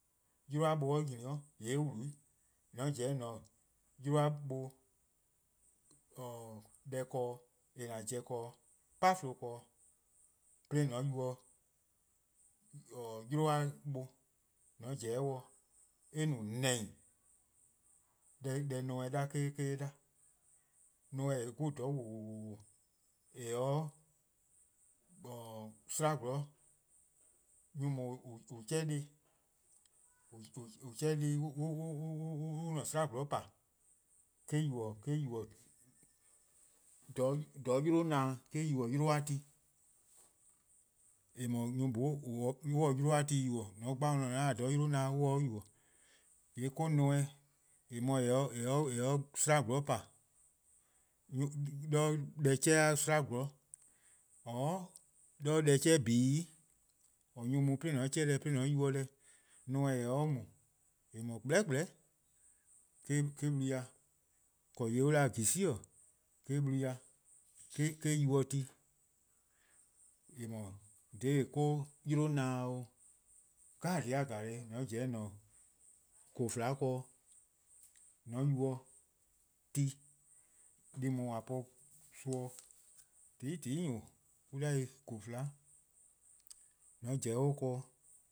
:Mor 'yluh-a buh 'nyni 'o :yee' eh wlu, :mor :on pobo 'o :an-a' 'yluh-a 'buh deh ken :an pobo-a ken-dih, 'po-fluh ken-dih, 'de :an yubo-a' 'ylh-a buh :mor :on pobo 'o eh no :nehin:, 'de neme 'da-a' :eh-: eh 'da. Neme: eh 'wluh-a 'zorn dhih :wluhuhuh: :eh se-a 'de 'slaa 'zorn, nyor :daa :an chean'-a deh :an chean'-a deh :an-a'a: 'slaa 'zorn pa :eh-: yubo :dha 'yluh-a na-dih-a, eh-: yubo 'yluh-a ti. :eh :mor nyor+ :noo on se 'yluh-a ti yubo:, :mor :on dhe-dih-uh dih :mor :on 'da :dha 'yluh-a na-dih :eh, on se 'o yubo:. :yee' 'de :wor neme: :eh :mor :eh se-a 'de 'sla 'zorn pa, 'de deh chean'-a 'sla 'zorn, 'or 'de deh chean' :bii- :or 'nyor-a mu-a 'de :an chean'-a deh 'de :an yubo-a deh. Neme: :eh se-a 'de mu, :eh 'dhu-a kpleh kpleh-' :eh blu ya,:korn :yeh an 'da-dih-a :jili' eh-: blu ya eh-: yubo ti. :eh :mor dha :daa 'yluh-a na-dih 'o. Dhih 'jeh-a dhih 'jeh :mor pobo 'o :an-a'a: :kofla' ken 'de :an yubo-a ti, deh+ :daa :a po-a son ken, :tehn'i :tehn 'i :nyor+ an 'da-dih-eh :kofla, :mor :on pobo 'o eh ken, '